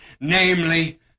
namely